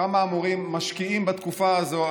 כמה המורים משקיעים בתקופה הזו.